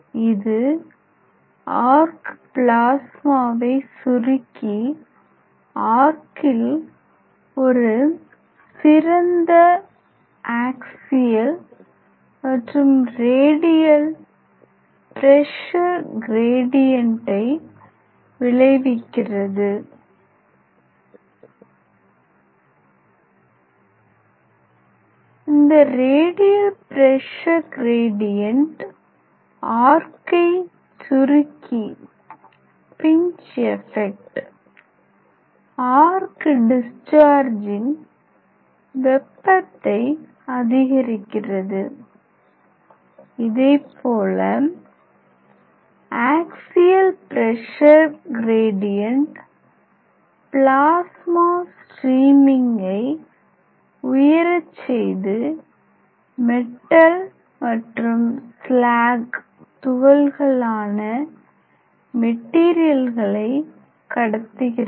இது ஆர்க் பிளாஸ்மாவை சுருக்கி ஆர்க்கில் ஒரு சிறந்த ஆக்சியல் மற்றும் ரேடியல் பிரஷர் கிரேடியண்டை விளைவிக்கிறது இந்த ரேடியல் பிரஷர் க்ரேடியன்ட் ஆர்க்கை சுருக்கி பின்ச் எபெக்ட் ஆர்க் டிஸ்சார்ஜின் வெப்பத்தை அதிகரிக்கிறது இதைப்போல ஆக்சியல் பிரஷர் க்ரேடியன்ட் பிளாஸ்மா ஸ்ட்ரீமிங்கை உயர செய்து மெட்டல் மற்றும் ஸ்லாக் துகள்களான மெடீரியல்களை கடத்துகிறது